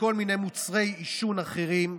וכל מיני מוצרי עישון אחרים,